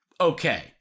Okay